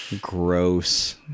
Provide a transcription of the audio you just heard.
Gross